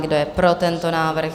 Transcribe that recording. Kdo je pro tento návrh?